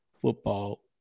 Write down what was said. Football